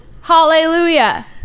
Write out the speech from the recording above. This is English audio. Hallelujah